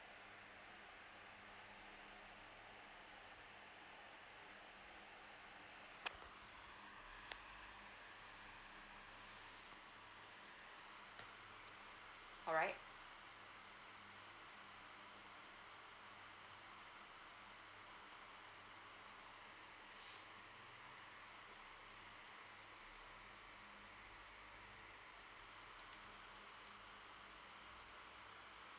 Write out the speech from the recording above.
alright